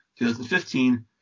2015